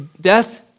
death